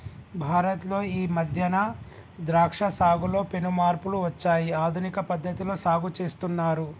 భారత్ లో ఈ మధ్యన ద్రాక్ష సాగులో పెను మార్పులు వచ్చాయి ఆధునిక పద్ధతిలో సాగు చేస్తున్నారు